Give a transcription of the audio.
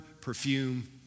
perfume